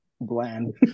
bland